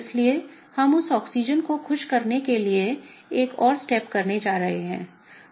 इसलिए हम उस ऑक्सीजन को खुश करने के लिए एक और स्टेप करने जा रहे हैं